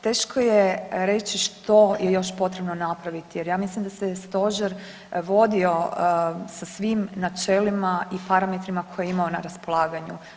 Teško je reći što je još potrebno napraviti jer ja mislim da se stožer vodio sa svim načelima i parametrima koje je imao na raspolaganju.